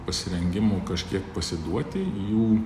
pasirengimo kažkiek pasiduoti jų